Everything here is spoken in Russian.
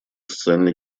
социально